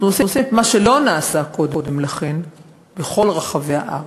אנחנו עושים את מה שלא נעשה קודם לכן בכל רחבי הארץ.